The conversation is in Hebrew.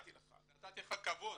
נתתי לך כבוד.